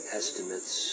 estimates